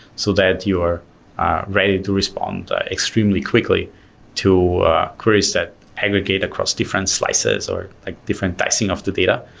so that you're ready to respond extremely quickly to queries that aggregate across different slices, or ah different dicing of the data,